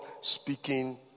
speaking